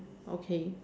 okay